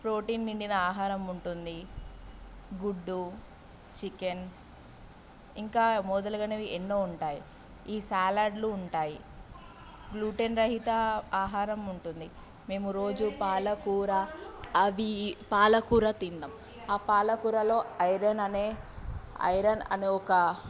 protein నిండిన ఆహారం ఉంటుంది గుడ్డు చికెన్ ఇంకా మొదలగునవి ఎన్నో ఉంటాయి ఈ సలాడ్లు ఉంటాయి గ్లూటేన్ రహిత ఆహారం ఉంటుంది మేము రోజు పాలకూర అవీ పాలకూర తినడం ఆ పాలకూరలో ఐరన్ అనే ఐరన్ అనే ఒకా